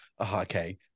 okay